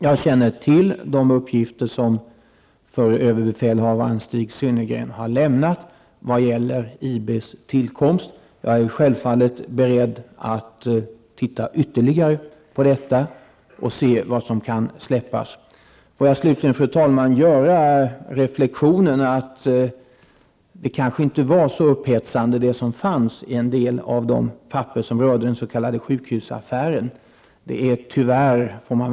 Jag känner till de uppgifter som förre överbefälhavaren Stig Synnergren har lämnat vad gäller IBs tillkomst. Jag är självfallet beredd att titta ytterligare på detta och se vad som kan släppas. Fru talman! Slutligen vill jag göra reflexionen att det som fanns i en del av de papper som rörde sjukhusaffären kanske inte var så upphetsande.